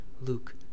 Luke